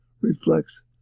reflects